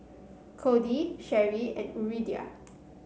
Kody Sherri and Yuridia